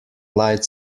light